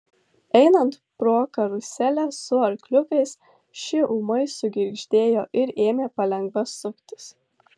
einant pro karuselę su arkliukais ši ūmai sugirgždėjo ir ėmė palengva suktis